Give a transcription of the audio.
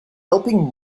helping